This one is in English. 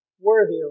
Worthy